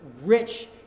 rich